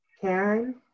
Karen